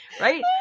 right